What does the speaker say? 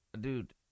Dude